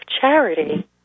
Charity